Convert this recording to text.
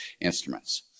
instruments